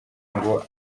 ngo